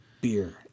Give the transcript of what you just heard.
beer